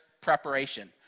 preparation